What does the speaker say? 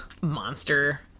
monster